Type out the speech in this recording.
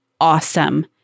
awesome